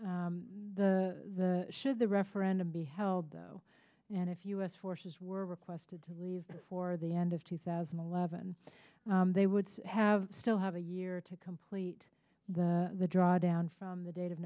the the should the referendum be held though and if u s forces were requested to leave before the end of two thousand and eleven they would have still have a year to complete the the drawdown from the date of